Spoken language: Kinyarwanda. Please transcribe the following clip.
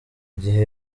gihe